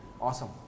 awesome